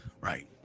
Right